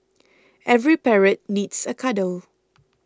every parrot needs a cuddle